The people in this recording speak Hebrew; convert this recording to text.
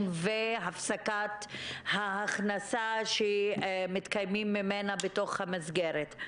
והפסקת ההכנסה שמתקיימים ממנה בתוך המסגרת.